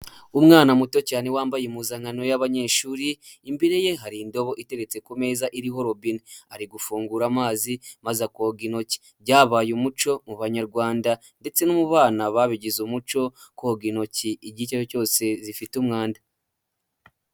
Umwana muto cyane wambaye impuzankano y'abanyeshuri, imbere ye hari indobo iteretse ku meza iriho robine, ari gufungura amazi maze akoga intoki. Byabaye umuco mu banyarwanda ndetse no mu bana babigize umuco koga intoki igihe icyari ari cyo cyose zifite umwanda.